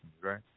right